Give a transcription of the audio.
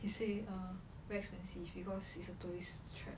he said err very expensive because it's a tourist trap or ya